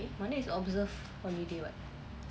monday is observe holiday [what]